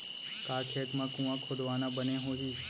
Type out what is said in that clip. का खेत मा कुंआ खोदवाना बने होही?